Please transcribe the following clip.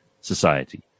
society